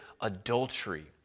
adultery